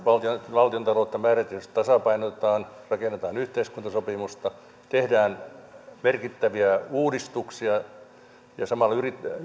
valtiontaloutta määrätietoisesti tasapainotetaan rakennetaan yhteiskuntasopimusta tehdään merkittäviä uudistuksia ja samalla